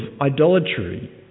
idolatry